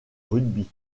rugby